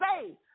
say